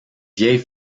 vieille